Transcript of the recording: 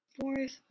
fourth